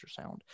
ultrasound